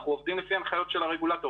אנחנו עובדים לפי הנחיות הרגולטור,